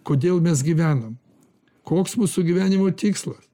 kodėl mes gyvenam koks mūsų gyvenimo tikslas